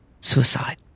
suicide